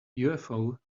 ufo